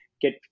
get